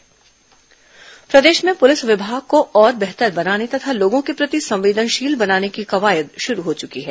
DGP शिकायत प्रदेश में पुलिस विभाग को और बेहतर बनाने तथा लोगों के प्रति संवेदनशील बनाने की कवायद शुरू हो चुकी है